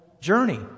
journey